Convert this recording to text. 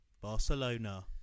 Barcelona